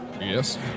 Yes